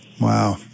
Wow